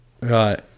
Right